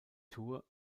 tour